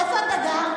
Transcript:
איפה אתה גר?